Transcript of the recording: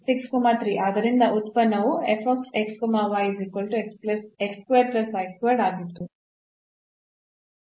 ಆದ್ದರಿಂದ ಉತ್ಪನ್ನವು ಆಗಿತ್ತು